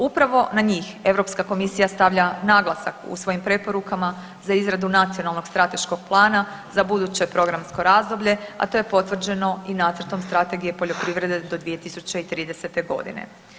Upravo na njih Europska komisija stavlja naglasak u svojim preporukama za izradu nacionalnog strateškog plana za buduće programsko razdoblje, a to je potvrđeno i Nacrtom Strategije poljoprivrede do 2030. godine.